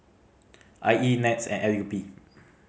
I E NETS and L U P